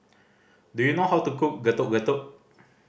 do you know how to cook Getuk Getuk